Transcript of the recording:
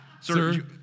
Sir